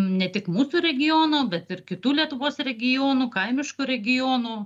ne tik mūsų regiono bet ir kitų lietuvos regionų kaimiškų regionų